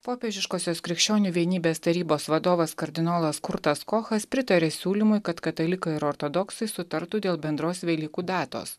popiežiškosios krikščionių vienybės tarybos vadovas kardinolas kurtas kochas pritarė siūlymui kad katalikai ir ortodoksai sutartų dėl bendros velykų datos